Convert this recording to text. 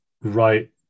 right